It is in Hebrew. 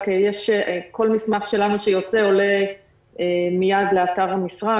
שכל מסמך שלנו שיוצא עולה מייד לאתר המשרד,